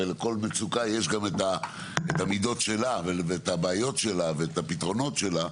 הרי לכל מצוקה יש את המידות שלה ואת הפתרונות שלה,